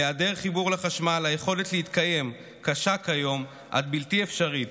בהיעדר חיבור לחשמל היכולת להתקיים קשה כיום עד בלתי אפשרית,